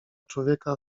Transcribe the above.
człowieka